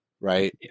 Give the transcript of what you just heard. right